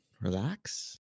relax